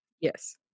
yes